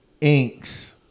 inks